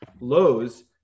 Lowe's